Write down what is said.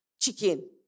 chicken